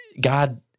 God